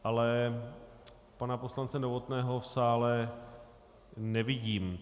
Ale pana poslance Novotného v sále nevidím.